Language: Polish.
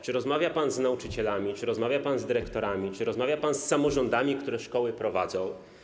Czy rozmawia pan z nauczycielami, czy rozmawia pan z dyrektorami, czy rozmawia pan z samorządami, które szkoły prowadzą?